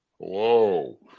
Hello